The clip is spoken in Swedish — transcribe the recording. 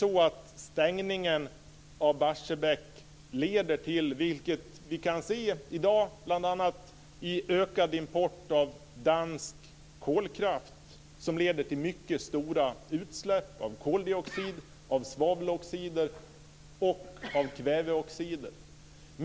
Stängningen av Barsebäck leder till ökad import av dansk kolkraft, vilket vi kan se i dag, som leder till mycket stora utsläpp av koldioxid, svaveloxider och av kväveoxider.